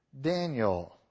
Daniel